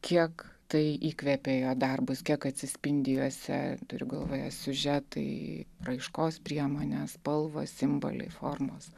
kiek tai įkvėpė jo darbus kiek atsispindi juose turiu galvoje siužetai raiškos priemonės spalvos simboliai formos